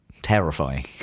Terrifying